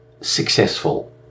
successful